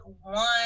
one